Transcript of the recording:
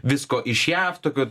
visko iš jav tokio